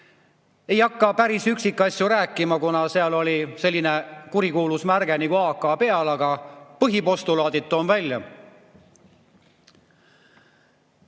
Ei hakka päris üksikasju rääkima, kuna seal oli peal selline kurikuulus märge nagu "AK", aga põhipostulaadid toon välja.